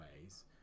ways